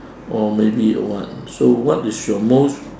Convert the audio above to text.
or maybe a want so what is your most